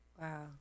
Wow